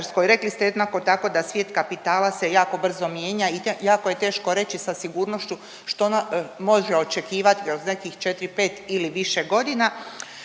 rekli ste jednako tako da da svijet kapitala se jako brzo mijenja i jako je teško reći sa sigurnošću što može očekivati kroz nekih 4, 5 ili više godina.